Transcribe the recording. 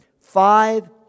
five